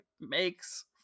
makes